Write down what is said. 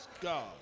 God